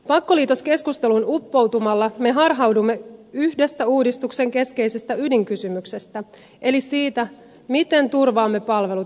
pakkoliitoskeskusteluun uppoutumalla me harhaudumme yhdestä uudistuksen keskeisestä ydinkysymyksestä eli siitä miten turvaamme palvelut jatkossa